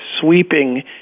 sweeping